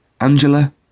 Angela